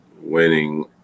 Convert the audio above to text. winning –